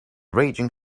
raging